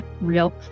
Real